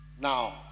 Now